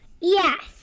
Yes